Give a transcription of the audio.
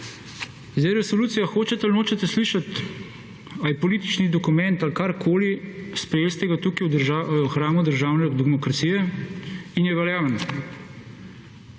Zdaj resolucija hočete ali nočete slišati ali je politični dokument ali karkoli, sprejeli ste ga tukaj v hramu državne demokracije in je veljaven.